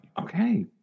Okay